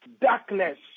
darkness